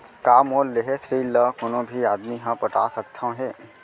का मोर लेहे ऋण ला कोनो भी आदमी ह पटा सकथव हे?